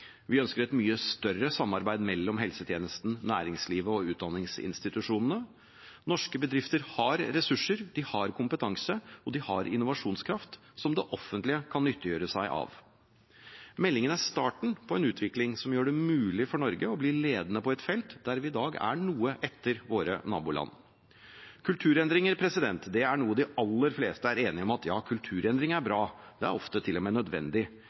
Vi ønsker et mye større samarbeid mellom helsetjenesten, næringslivet og utdanningsinstitusjonene. Norske bedrifter har ressurser, de har kompetanse, og de har innovasjonskraft, som det offentlige kan nyttiggjøre seg. Meldingen er starten på en utvikling som gjør det mulig for Norge å bli ledende på et felt der vi i dag ligger noe etter våre naboland. Kulturendringer er noe de aller fleste er enige om er bra. Det er ofte til og med nødvendig